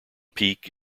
peak